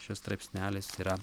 šis straipsnelis yra